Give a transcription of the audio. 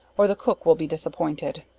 or the cook will be disappointed.